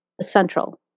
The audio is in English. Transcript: central